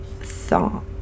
thought